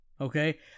Okay